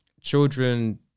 children